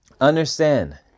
Understand